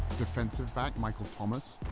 defensive back, michael thomas.